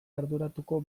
arduratuko